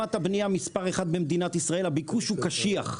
תשומת הבנייה מספר 1 במדינת ישראל הביקוש הוא קשיח,